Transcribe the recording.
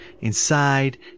inside